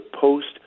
post